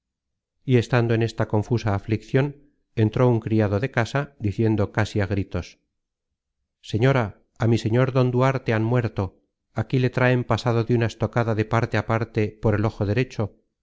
y estando en esta confusa afliccion entró un criado de casa diciendo casi á gritos señora á mi señor don duarte han muerto aquí le traen pasado de una estocada de parte a parte por el ojo derecho